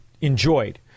enjoyed